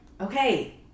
Okay